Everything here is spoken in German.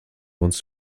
uns